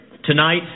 Tonight